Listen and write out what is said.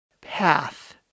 path